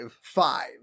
five